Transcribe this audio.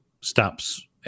stops